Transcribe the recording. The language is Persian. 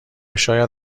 شاید